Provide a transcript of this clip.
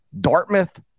Dartmouth